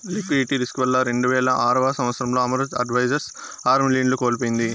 liquidity risk వల్ల రెండువేల ఆరవ సంవచ్చరంలో అమరత్ అడ్వైజర్స్ ఆరు మిలియన్లను కోల్పోయింది